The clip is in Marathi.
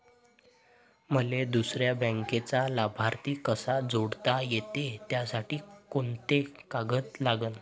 मले दुसऱ्या बँकेचा लाभार्थी कसा जोडता येते, त्यासाठी कोंते कागद लागन?